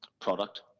product